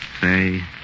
say